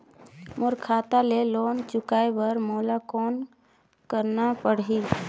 मोर खाता ले लोन चुकाय बर मोला कौन करना पड़ही?